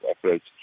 operates